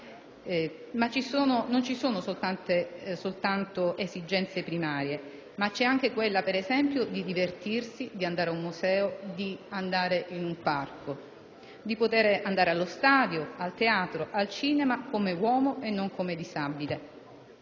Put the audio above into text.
Non ci sono soltanto le esigenze primarie, ma c'è anche quella, per esempio, di divertirsi, di visitare un museo, di poter andare al parco, allo stadio, al teatro o al cinema come uomo e non come disabile.